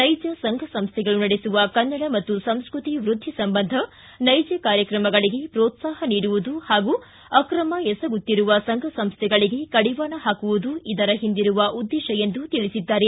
ನೈಜ ಸಂಘ ಸಂಸ್ಥೆಗಳು ನಡೆಸುವ ಕನ್ನಡ ಮತ್ತು ಸಂಸ್ಕೃತಿ ವ್ಯದ್ದಿ ಸಂಬಂಧ ನೈಜ ಕಾರ್ಯಕ್ರಮಗಳಿಗೆ ಪೋತ್ಲಾಹ ನೀಡುವುದು ಪಾಗೂ ಆಕ್ರಮ ಎಸಗುತ್ತಿರುವ ಸಂಘ ಸಂಸ್ವೆಗಳಿಗೆ ಕಡಿವಾಣ ಹಾಕುವುದು ಇದರ ಹಿಂದಿರುವ ಉದ್ದೇಶ ಎಂದು ತಿಳಿಸಿದ್ದಾರೆ